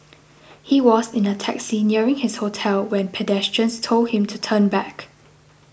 he was in a taxi nearing his hotel when pedestrians told him to turn back